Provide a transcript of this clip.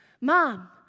mom